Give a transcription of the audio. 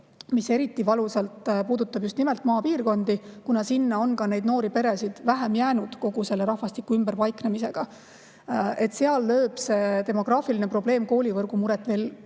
mis eriti valusalt puudutab just nimelt maapiirkondi, kuna sinna on ka neid noori peresid vähem jäänud kogu selle rahvastiku ümberpaiknemisega. Seal lööb see demograafiline probleem koolivõrgu muret veel